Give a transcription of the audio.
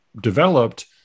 developed